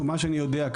ממה שאני יודע,